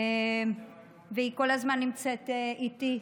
והיא כל הזמן נמצאת איתי,